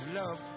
love